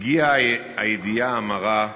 הגיעה הידיעה המרה מניו-יורק.